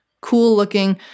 cool-looking